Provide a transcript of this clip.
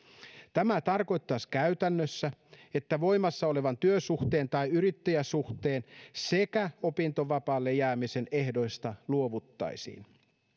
tämä tarkoittaisi käytännössä että voimassa olevan työsuhteen tai yrittäjäsuhteen sekä opintovapaalle jäämisen ehdoista luovuttaisiin